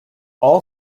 all